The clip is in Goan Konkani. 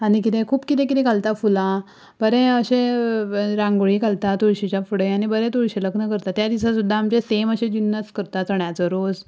आनी कितें खूब कितें कितें घालता फुलां बरें अशें रांगोळी घालता तुळशीच्या फुडें आनी बरें तुळशी लग्न करता त्या दिसा सुद्दां आमचें सेम अशे जिनस करता चण्याचो रोस